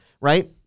right